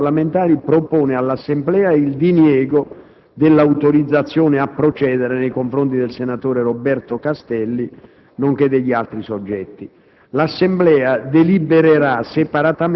La Giunta delle elezioni e delle immunità parlamentari propone all'Assemblea il diniego dell'autorizzazione a procedere nei confronti del senatore Roberto Castelli nonché degli altri soggetti.